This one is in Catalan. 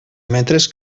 metres